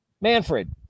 Manfred